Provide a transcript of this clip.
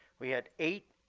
we had eight